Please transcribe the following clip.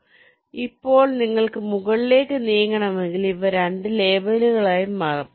അതിനാൽ ഇപ്പോൾ നിങ്ങൾക്ക് മുകളിലേക്ക് നീങ്ങണമെങ്കിൽ ഇവ 2 ലേബലുകളായി മാറും